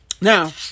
now